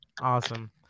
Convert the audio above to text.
Awesome